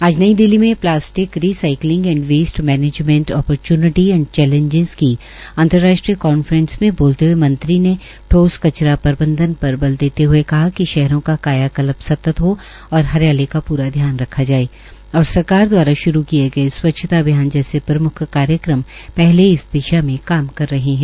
आज नई दिल्ली में plastic recycling and waste management opportunity and challenges की अंतर्राष्ट्रीय कांफ्रेस में बोलते हुए मंत्री ठोस कचर प्रबंधन पर बल देते हुए कहा कि शहरों का काया कल्प सतत हो और हरियाली का प्रा ध्यान रखा जाये और सरकार दवारा शुरू किए गए स्वच्छता अभियान कार्यक्रम पहले ही इस दिशा में प्रभाव बना रहे है